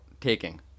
taking